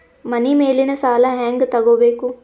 ಮನಿ ಮೇಲಿನ ಸಾಲ ಹ್ಯಾಂಗ್ ತಗೋಬೇಕು?